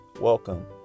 Welcome